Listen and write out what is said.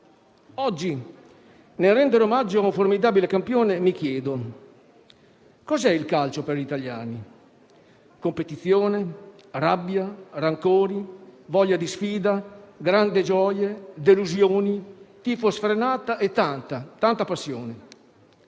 Oggi, nel rendere omaggio a un formidabile campione mi chiedo: cos'è il calcio per gli italiani? Competizione, rabbia, rancori, voglia di sfida, grandi gioie, delusioni, tifo sfrenato e tanta, tanta passione.